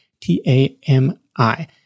T-A-M-I